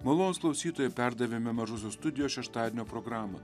malonūs klausytojai perdavėme mažosios studijos šeštadienio programą